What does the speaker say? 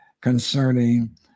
concerning